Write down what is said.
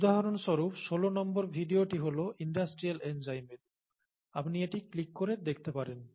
উদাহরণস্বরূপ 16 নম্বর ভিডিওটি হল ইন্ডাস্ট্রিয়াল এনজাইমের আপনি এটি ক্লিক করে দেখতে পারেন